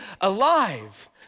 alive